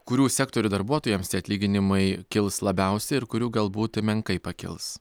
kurių sektorių darbuotojams tie atlyginimai kils labiausiai ir kurių galbūt menkai pakils